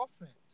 offense